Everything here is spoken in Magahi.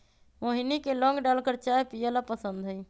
मोहिनी के लौंग डालकर चाय पीयला पसंद हई